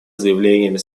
заявлениями